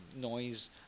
noise